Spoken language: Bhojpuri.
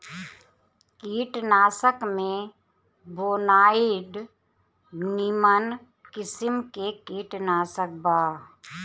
कीटनाशक में बोनाइड निमन किसिम के कीटनाशक बा